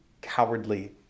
cowardly